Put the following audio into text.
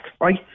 Right